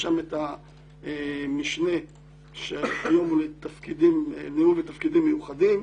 יש שם את המשנה לניהול ותפקידים מיוחדים,